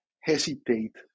hesitate